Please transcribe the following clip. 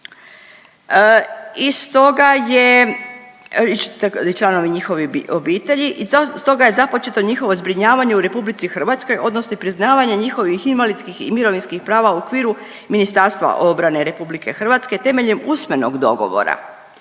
i stoga je započeto njihovo zbrinjavanje u RH odnosno priznavanje njihovih invalidskih i mirovinskih prava u okviru Ministarstva obrane RH temeljem usmenog dogovora